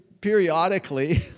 periodically